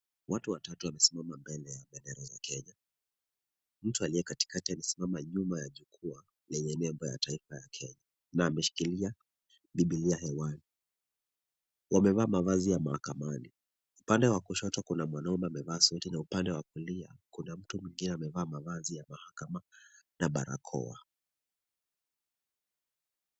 Watu watatu wamesimama mbele ya bendera za Kenya, mtu aliye katikati amesimama nyuma ya jukwaa lenye nembo ya taifa ya Kenya na ameshikilia bibilia hewani. Wamevaa mavazi ya mahakamani, upande wa kushoto kuna mwanaume amevaa suti na upande wa kulia kuna mtu mwingine amevaa mavazi ya mahakama na barakoa.